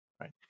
right